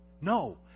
No